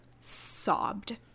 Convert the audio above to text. sobbed